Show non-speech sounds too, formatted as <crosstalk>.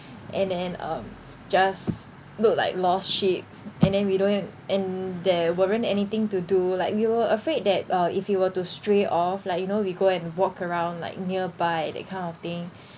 and then um just look like lost sheeps and then we don't ha~ and there weren't anything to do like we were afraid that uh if we were to stray off like you know we go and walk around like nearby that kind of thing <breath>